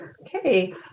Okay